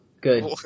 Good